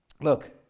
Look